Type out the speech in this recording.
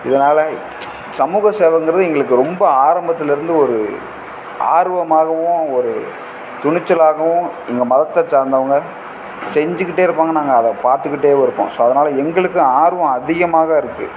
இதனால் சமூக சேவைங்கறது எங்களுக்கு ரொம்ப ஆரம்பத்தில் இருந்து ஒரு ஆர்வமாகவும் ஒரு துணிச்சலாகவும் எங்கள் மதத்தை சார்ந்தவங்கள் செஞ்சுக்கிட்டே இருப்பாங்க நாங்கள் அதை பார்த்துக்கிட்டேவும் இருப்போம் ஸோ அதனால் எங்களுக்கு ஆர்வம் அதிகமாக இருக்குது